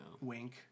Wink